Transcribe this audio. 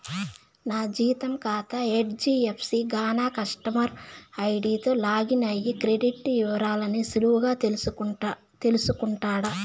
నా జీతం కాతా హెజ్డీఎఫ్సీ గాన కస్టమర్ ఐడీతో లాగిన్ అయ్యి క్రెడిట్ ఇవరాల్ని సులువుగా తెల్సుకుంటుండా